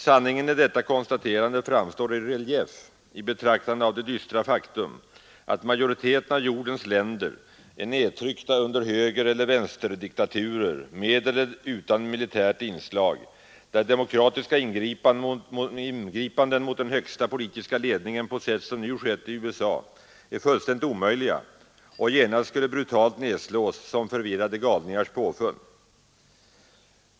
Sanningen i detta konstaterande framstår i relief i betraktande av det dystra faktum att majoriteten av jordens länder är nedtryckta under högereller vänsterdiktaturer med eller utan militärt inslag, där demokratiska ingripanden mot den högsta politiska ledningen på sätt som nu skett i USA är fullständigt omöjliga och genast skulle brutalt nedslås som förvirrade galningars påfund.